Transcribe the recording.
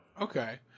okay